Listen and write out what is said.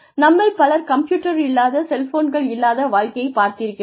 நம்மில் பலர் கம்ப்யூட்டர் இல்லாத செல்ஃபோன்கள் இல்லாத வாழ்க்கையைப் பார்த்திருக்கிறோம்